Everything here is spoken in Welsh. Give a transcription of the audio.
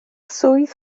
swydd